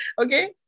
Okay